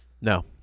No